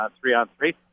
three-on-three